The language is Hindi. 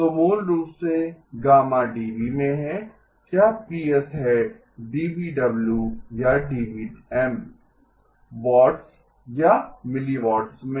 तो मूल रूप से γ dB में है क्या Ps है dBW या dBm वाट्स या मिलिवाट्स में